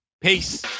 Peace